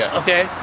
okay